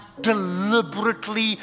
deliberately